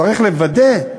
צריך לוודא,